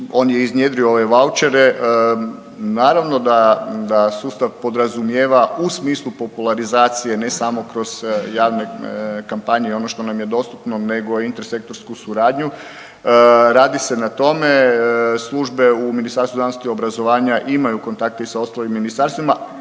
on je iznjedrio ove vaučere. Naravno da, da sustav podrazumijeva u smislu popularizacije ne samo kroz javne kampanje i ono što nam je dostupno nego i intersektorsku suradnju. Radi se na tome, službe u Ministarstvu znanosti i obrazovanja imaju kontakte i sa ostalim ministarstvima